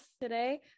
today